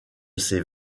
ces